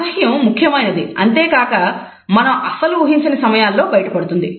అసహ్యం ముఖ్యమైనది అంతేకాక మనం అసలు ఊహించని సమయాలలో బయట పడుతుంది